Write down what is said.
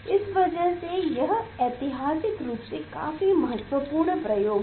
इस वजह से यह ऐतिहासिक रूप से काफी महत्वपूर्ण प्रयोग है